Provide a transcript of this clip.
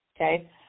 okay